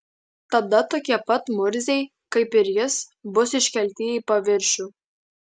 tada tokie pat murziai kaip ir jis bus iškelti į paviršių